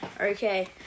Okay